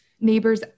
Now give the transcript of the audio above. neighbors